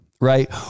right